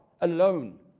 alone